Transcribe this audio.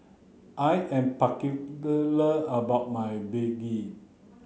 I am about my Begedil